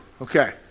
Okay